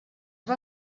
van